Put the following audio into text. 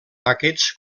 aquests